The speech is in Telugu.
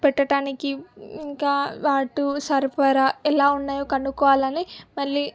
పెట్టడానికి ఇంకా వాటి సరఫరా ఎలా ఉన్నాయో కనుక్కోవాలని మళ్ళీ